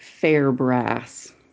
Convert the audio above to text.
Fairbrass